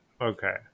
okay